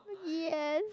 yes